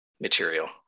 material